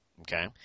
Okay